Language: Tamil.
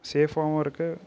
சேஃப்ஃபாகவும் இருக்கு